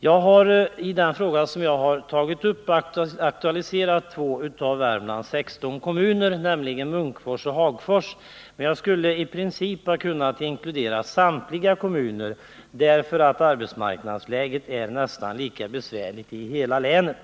Jag har i min fråga aktualiserat två av Värmlands sexton kommuner, nämligen Munkfors och Hagfors. Men jag skulle i princip ha kunnat inkludera samtliga kommuner, eftersom arbetsmarknadsläget är nästan lika besvärligt i hela länet.